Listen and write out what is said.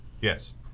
Yes